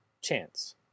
chance